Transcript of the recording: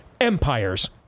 empires